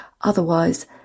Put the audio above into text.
Otherwise